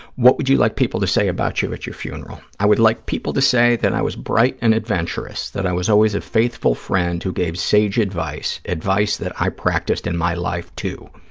what would you like people to say about you at your funeral? i would like people to say that i was bright and adventurous, that i was always a faithful friend who gave sage advice, advice that i practiced in my life, too.